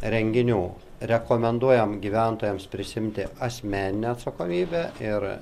renginių rekomenduojam gyventojams prisiimti asmeninę atsakomybę ir